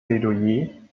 plädoyer